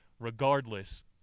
Regardless